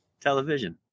television